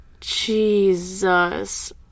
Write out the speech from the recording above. Jesus